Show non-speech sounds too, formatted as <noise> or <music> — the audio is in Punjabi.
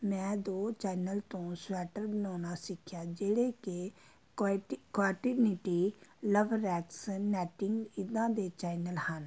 ਮੈਂ ਦੋ ਚੈਨਲ ਤੋਂ ਸਵੈਟਰ ਬਣਾਉਣਾ ਸਿੱਖਿਆ ਜਿਹੜੇ ਕਿ <unintelligible> ਕੁਆਟੀਨਿਟੀ ਲਵ ਰੈਡਸਨ <unintelligible> ਇੱਦਾਂ ਦੇ ਚੈਨਲ ਹਨ